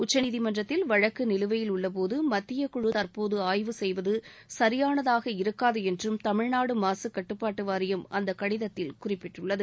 உச்சநீதிமன்றத்தில் வழக்கு நிலுவையில் உள்ள போது மத்திய குழு தற்போது ஆய்வு செய்வது சரியானதாக இருக்காது என்றும் தமிழ்நாடு மாசுக் கட்டுப்பாட்டு வாரியம் அந்த கடிதத்தில் குறிப்பிட்டுள்ளது